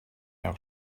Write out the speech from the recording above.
our